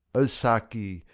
o saki,